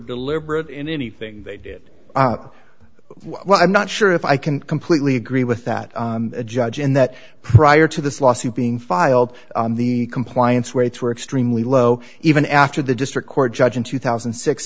deliberate in anything they did up well i'm not sure if i can completely agree with that judge in that prior to this lawsuit being filed the compliance waits were extremely low even after the district court judge in two thousand